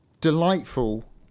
delightful